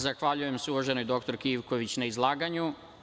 Zahvaljujem se uvaženoj dr Ivković na izlaganju.